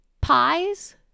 pies